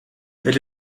elle